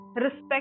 respect